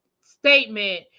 statement